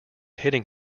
hitting